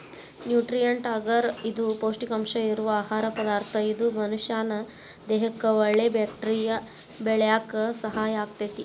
nutrient ಅಗರ್ ಇದು ಪೌಷ್ಟಿಕಾಂಶ ಇರೋ ಆಹಾರ ಪದಾರ್ಥ ಇದು ಮನಷ್ಯಾನ ದೇಹಕ್ಕಒಳ್ಳೆ ಬ್ಯಾಕ್ಟೇರಿಯಾ ಬೆಳ್ಯಾಕ ಸಹಾಯ ಆಗ್ತೇತಿ